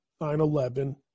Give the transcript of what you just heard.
9-11